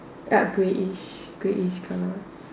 dark greyish greyish colour